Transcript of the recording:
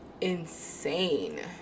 insane